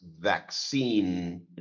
vaccine